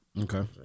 Okay